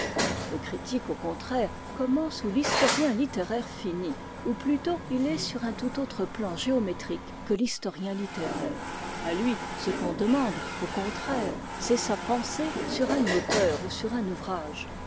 le critique au contraire commence où l'historien littéraire finit ou plutôt il est sur un tout autre plan géométrique que l'historien littéraire à lui ce qu'on demande au contraire c'est sa pensée sur un auteur ou sur un ouvrage